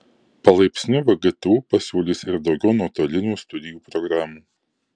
palaipsniui vgtu pasiūlys ir daugiau nuotolinių studijų programų